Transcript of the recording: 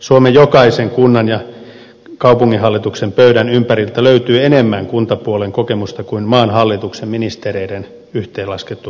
suomen jokaisen kunnan ja kaupunginhallituksen pöydän ympäriltä löytyy enemmän kuntapuolen kokemusta kuin on maan hallituksen ministereiden yhteenlaskettu kuntakokemus